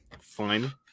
fine